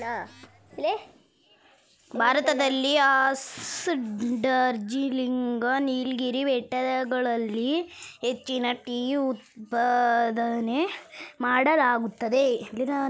ಭಾರತದಲ್ಲಿ ಅಸ್ಸಾಂ, ಡಾರ್ಜಿಲಿಂಗ್, ನೀಲಗಿರಿ ಬೆಟ್ಟಗಳಲ್ಲಿ ಹೆಚ್ಚಿನ ಟೀ ಉತ್ಪಾದನೆ ಮಾಡಲಾಗುತ್ತದೆ